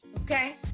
okay